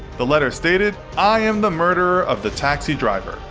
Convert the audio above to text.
the letter stated, i am the murderer of the taxi driver.